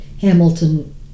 Hamilton